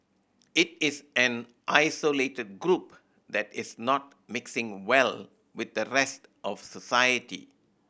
it is an isolated group that is not mixing well with the rest of society